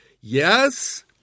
yes